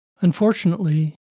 Unfortunately